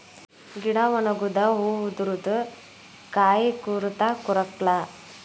ಗಿಡಾ ಒಣಗುದು ಹೂ ಉದರುದು ಕಾಯಿ ಕೊರತಾ ಕೊರಕ್ಲಾ